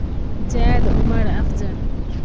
زید Umar افضل